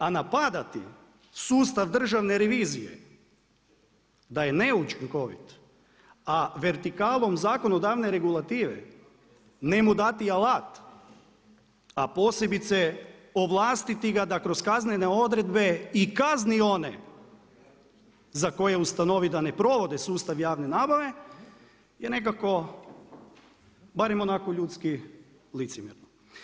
A napadati sustav Državne revizije da je neučinkovit, a vertikalom zakonodavne regulative njemu dati alat, a posebice ovlastiti ga da kroz kaznene odredbe i kazne one za koje ustanovi da ne provode sustav javne nabave je nekako barem onako ljudski licemjerno.